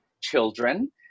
children